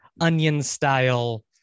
Onion-style